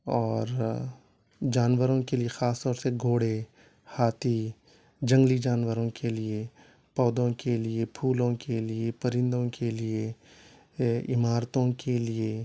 اور جانوروں کے لیے خاص طور سے گھوڑے ہاتھی جنگلی جانوروں کے لیے پودوں کے لیے پھولوں کے لیے پرندوں کے لیے عمارتوں کے لیے